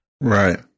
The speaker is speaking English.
Right